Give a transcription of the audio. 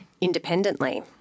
independently